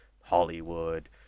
Hollywood